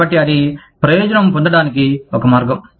కాబట్టి అది ప్రయోజనం పొందటానికి ఒక మార్గం